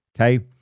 okay